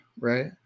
right